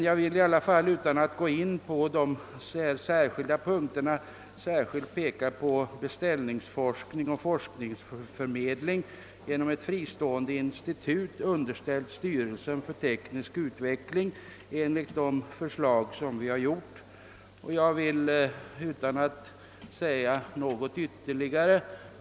Jag vill emellertid, utan att gå in på de enskilda punkterna, särskilt peka på beställningsforskning och forskningsförmedling genom ett fristående institut underställt styrelsen för teknisk utveckling enligt det förslag vi har framlagt.